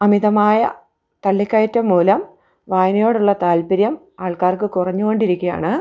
അമിതമായ തള്ളിക്കയറ്റം മൂലം വായനയോടുള്ള താല്പര്യം ആൾക്കാർക്ക് കുറഞ്ഞു കൊണ്ടിരിക്കുകയാണ്